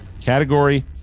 Category